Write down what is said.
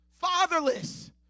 Fatherless